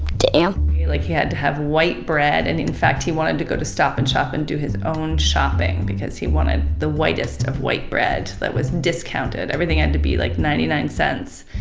and he like he had to have white bread, and in fact he wanted to go to stop and shop and do his own shopping, because he wanted the whitest of white bread, that was discounted, everything had to be like ninety nine cents.